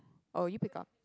oh you pick out